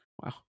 Wow